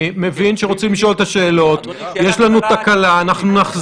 בקשות שמוגשות זה סדר גודל של 800 בקשות מדי שנה עבור תושבי האזור.